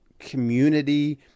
community